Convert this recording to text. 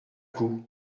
coup